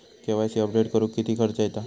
KYC update करुक किती खर्च येता?